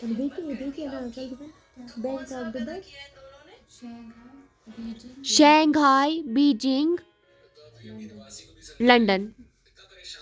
Shanghai Beijing London